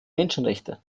menschenrechte